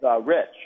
Rich